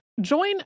Join